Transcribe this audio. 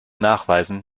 nachweisen